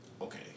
Okay